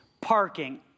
Parking